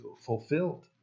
fulfilled